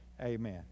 Amen